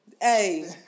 Hey